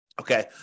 Okay